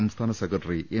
സംസ്ഥാന secretary M